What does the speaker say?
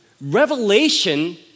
revelation